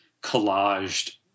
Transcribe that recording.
collaged